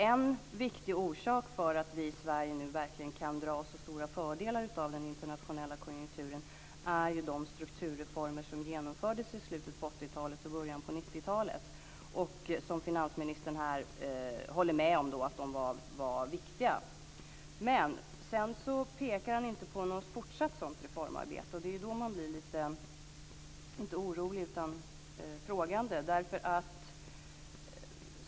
En viktig orsak till att vi i Sverige nu kan dra så stora fördelar av den internationella konjunkturen är de strukturreformer som genomfördes i slutet av 80 talet och början av 90-talet. Finansministern håller ju här också med om att de var viktiga. Men sedan pekar han inte på något fortsatt sådant reformarbete, och det är då man blir lite frågande.